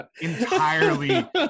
entirely